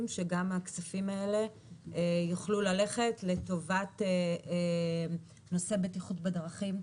שגם הכספים האלה יוכלו ללכת לטובת נושא בטיחות בדרכים.